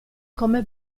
come